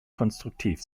konstruktiv